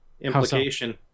implication